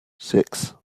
six